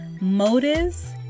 motives